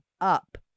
Up